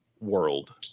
World